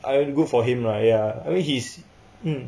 I good for him right ya I mean he's